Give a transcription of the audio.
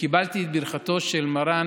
וקיבלתי את ברכתו של מרן